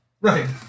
Right